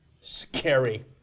Scary